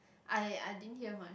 I I didn't hear much